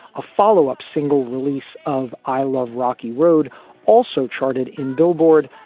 a follow up single release of i love rocky road also charted in billboard,